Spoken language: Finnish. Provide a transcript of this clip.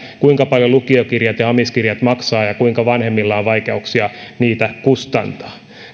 kuinka paljon lukiokirjat ja amiskirjat maksavat ja kuinka vanhemmilla on vaikeuksia niitä kustantaa